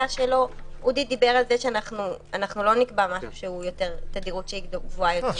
אודי דיבר על זה שלא נקבע תדירות גבוהה יותר.